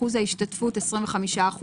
אחוז ההשתתפות 25%,